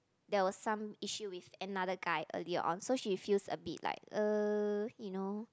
there was some issue with another guy earlier on so she feels a bit like uh you know